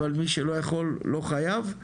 אבל מי שלא יכול לא חייב,